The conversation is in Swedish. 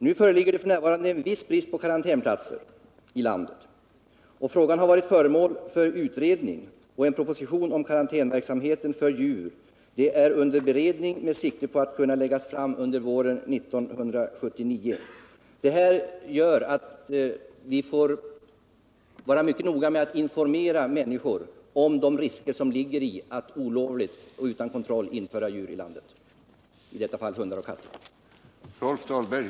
Torsdagen den Det föreligger f. n. en viss brist på karantänplatser i landet. Frågan har varit 7 december 1978 föremål för utredning, och en proposition om karantänverksamheten för djur är under beredning. Inriktningen är att propositionen skall kunna framläggas under våren 1979. Mot denna bakgrund får vi vara mycket noga med att informera människor om de risker som ligger i att olovligt och utan kontroll införa djur, i detta fall hundar och katter, i landet.